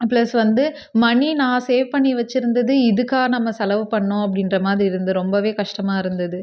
plus வந்து மணி நான் சேவ் பண்ணி வச்சிருந்தது இதுக்கா நம்ம செலவு பண்ணோம் அப்படின்ற மாதிரி இருந்தது ரொம்பவே கஷ்டமாக இருந்தது